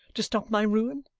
to stop my ruin?